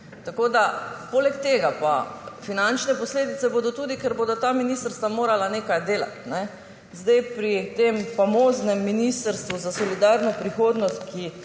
zaposlitve. Poleg tega pa bodo finančne posledice tudi, ker bodo ta ministrstva morala nekaj delati. Pri tem famoznem ministrstvu za solidarno prihodnost, ki